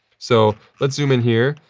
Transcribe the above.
so, let's zoom in here.